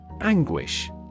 Anguish